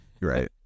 right